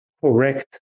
correct